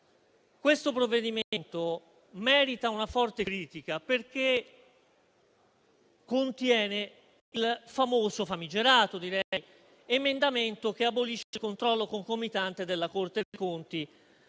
questo provvedimento merita una forte critica, perché contiene il famoso, anzi famigerato, emendamento che abolisce il controllo concomitante della Corte dei conti